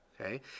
Okay